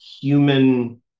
human